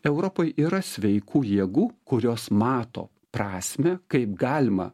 europoj yra sveikų jėgų kurios mato prasmę kaip galima